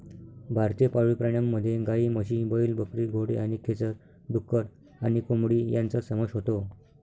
भारतीय पाळीव प्राण्यांमध्ये गायी, म्हशी, बैल, बकरी, घोडे आणि खेचर, डुक्कर आणि कोंबडी यांचा समावेश होतो